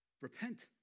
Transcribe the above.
Repent